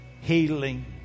healing